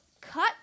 cut